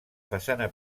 façana